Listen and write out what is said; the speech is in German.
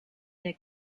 der